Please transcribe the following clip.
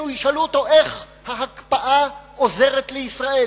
ישאלו אותו איך ההקפאה עוזרת לישראל.